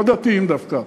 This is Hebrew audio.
לא דתיים דווקא,